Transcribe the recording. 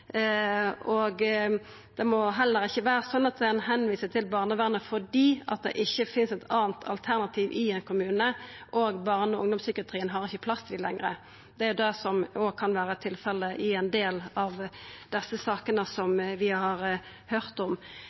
Det må heller ikkje vera sånn at ein viser til barnevernet fordi det ikkje finst eit anna alternativ i ein kommune og barne- og ungdomspsykiatrien ikkje har plass til dei lenger. Det kan òg vera tilfelle i ein del av dei sakene vi har høyrt om.